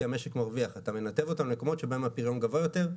כי המשק מרוויח ואתה מנתב אותם למקומות שבהם הפריון גבוה יותר,